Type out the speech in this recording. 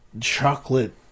chocolate